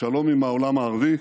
שלום עם העולם הערבי,